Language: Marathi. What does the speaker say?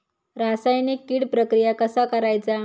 रासायनिक कीड प्रक्रिया कसा करायचा?